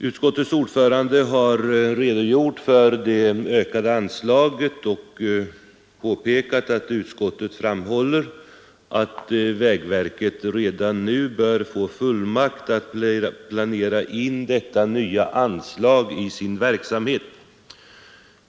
Utskottets ordförande har redogjort för det ökade anslaget och påpekat att utskottet framhåller, att vägverket redan nu bör få fullmakt att planera in detta nya anslag i sin verksamhet.